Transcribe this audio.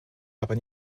aber